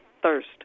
thirst